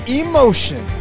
emotion